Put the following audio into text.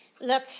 Look